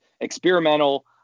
experimental